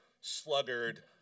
sluggard